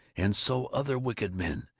and so other wicked men,